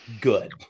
good